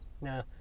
no